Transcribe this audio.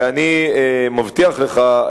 ואני מבטיח לך,